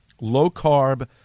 low-carb